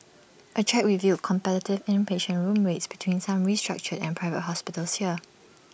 A check revealed competitive inpatient room rates between some restructured and Private Hospitals here